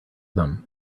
them